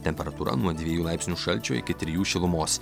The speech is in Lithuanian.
temperatūra nuo dviejų laipsnių šalčio iki trijų šilumos